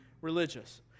religious